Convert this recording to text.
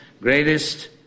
greatest